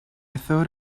thought